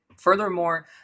Furthermore